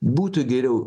būtų geriau